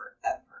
forever